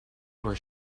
where